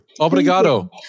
Obrigado